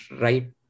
right